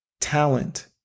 talent